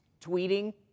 tweeting